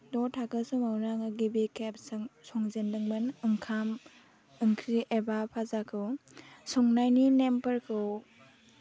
द' थाखो समावनो आङो गिबि खेब संजेनदोंमोन ओंखाम ओंख्रि एबा फाजाखौ संनायनि नेमफोरखौ